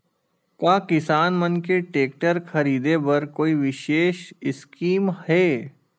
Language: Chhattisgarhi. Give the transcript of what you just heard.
का किसान मन के टेक्टर ख़रीदे बर कोई विशेष स्कीम हे?